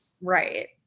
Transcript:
Right